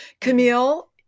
Camille